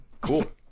Cool